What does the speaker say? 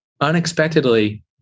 unexpectedly